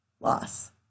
loss